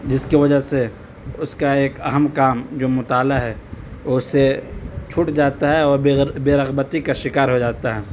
جس کے وجہ سے اس کا ایک اہم کام جو مطالعہ ہے وہ اس سے چھوٹ جاتا ہے اور بےرغبتی کا شکار ہو جاتا ہے